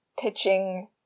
pitching